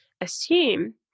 assume